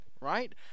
right